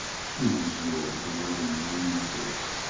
choose your bloody muses.